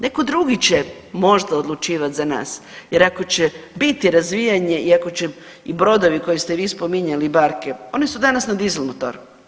Neko drugi će možda odlučivat za nas jer ako će biti razvijanje i ako će i brodovi koje ste vi spominjali i barke, oni su danas na dizel motor.